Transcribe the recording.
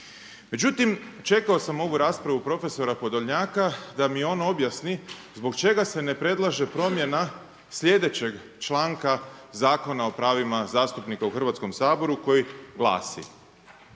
Međutim, čekao sam ovu raspravu profesora Podolnjaka da mi on objasni zbog čega se ne predlaže promjena sljedeće članka Zakona o pravima zastupnika u Hrvatskom saboru koji glasi: